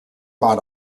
bought